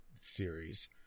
series